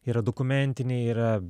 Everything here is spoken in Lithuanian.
yra dokumentiniai yra